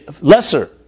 lesser